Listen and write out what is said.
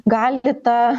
gali ta